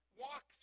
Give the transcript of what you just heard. walk